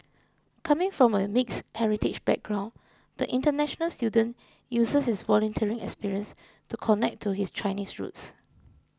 coming from a mixed heritage background the international student uses his volunteering experience to connect to his Chinese roots